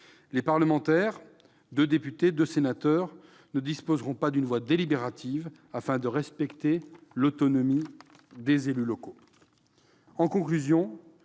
Les parlementaires- deux députés et deux sénateurs -ne disposeront pas d'une voix délibérative, afin de respecter l'autonomie des élus locaux.